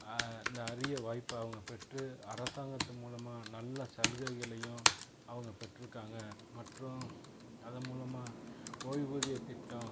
இந்த அறிய வாய்ப்பை அவங்க பெற்று அரசாங்கத்து மூலமாக நல்ல சலுகைகளையும் அவங்க பெற்றுக்காங்க மற்றும் அதன் மூலமாக ஓய்வூதிய திட்டம்